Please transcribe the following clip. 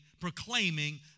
proclaiming